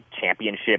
championship